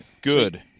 Good